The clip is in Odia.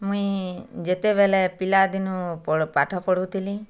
ମୁଇଁ ଯେତେବେଲେ ପିଲାଦିନୁ ପାଠ ପଢ଼ୁଥିଲିଁ